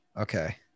Okay